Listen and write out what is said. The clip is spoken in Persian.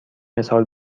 مثال